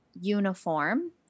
Uniform